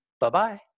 Bye-bye